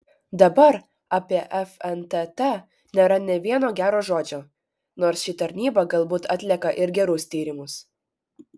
dabar apie fntt nėra nė vieno gero žodžio nors ši tarnyba galbūt atlieka ir gerus tyrimus